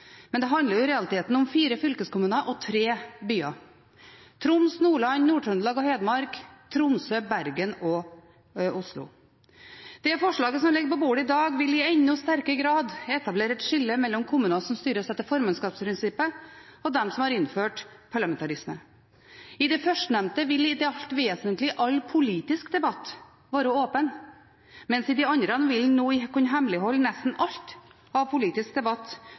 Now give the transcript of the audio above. men det handler jo i realiteten om fire fylkeskommuner og tre byer: Troms, Nordland, Nord-Trøndelag og Hedmark og Tromsø, Bergen og Oslo. Det forslaget som ligger på bordet i dag, vil i enda sterkere grad etablere et skille mellom kommuner som styres etter formannskapsprinsippet, og de som har innført parlamentarisme. I det førstnevnte vil i det alt vesentlige all politisk debatt være åpen, mens i de andre vil en nå kunne hemmeligholde nesten alt av politisk debatt